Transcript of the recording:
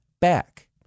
back